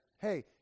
Hey